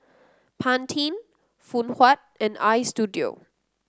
Pantene Phoon Huat and Istudio